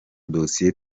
dossier